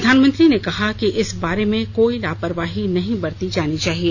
प्रधानमंत्री ने कहा कि इस बारे में कोई लापरवाही नहीं बरती जानी चाहिए